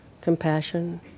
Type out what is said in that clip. compassion